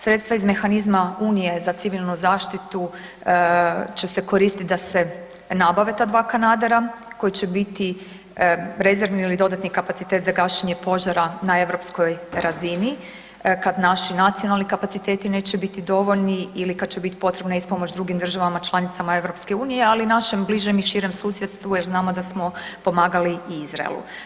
Sredstva iz mehanizma Unije za civilnu zaštitu će se koristiti da se nabave ta dva kanadera koji će biti rezervni ili dodatni kapacitet za gašenje požara na europskoj razini kada naši nacionalni kapaciteti neće biti dovoljni ili kada će biti potrebna ispomoć drugim državama članicama EU, ali i našem bližem i širem susjedstvu jer znamo da smo pomagali i Izraelu.